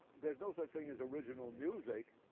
there's no such thing as original music,